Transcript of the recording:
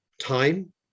time